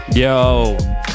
Yo